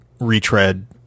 retread